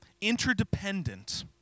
interdependent